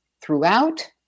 throughout